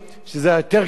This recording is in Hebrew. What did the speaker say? שזה יותר גרוע.